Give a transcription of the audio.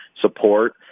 support